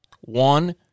One